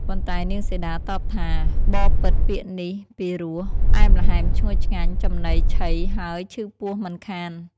ប៉ុន្តែនាងសីតាតបថា «បពិត្រពាក្យនេះពីរោះ ផ្អែមល្ហែម ឈ្ងុយឆ្ងាញ់ ចំណីឆីហើយឈឺពោះមិនខាន»។